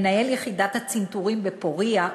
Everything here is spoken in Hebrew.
מנהל יחידת הצנתורים ב"פורייה",